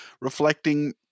reflecting